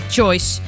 Choice